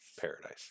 paradise